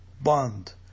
bond